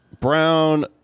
Brown